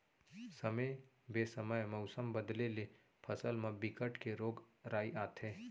समे बेसमय मउसम बदले ले फसल म बिकट के रोग राई आथे